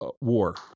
War